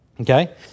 Okay